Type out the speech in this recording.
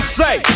say